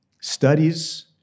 studies